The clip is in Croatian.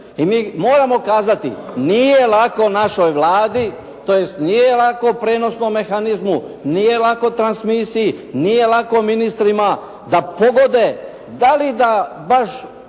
I mi moramo kazati, nije lako našoj Vladi, tj. nije lako prijenosnom mehanizmu, nije lako transmisiji, nije lako ministrima, da pogode da li da baš